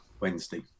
Wednesday